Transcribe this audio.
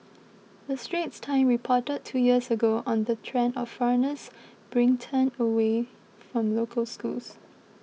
the Straits Times reported two years ago on the trend of foreigners bring turned away from local schools